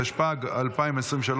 התשפ"ד 2023,